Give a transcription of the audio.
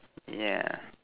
yeah